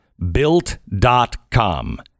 built.com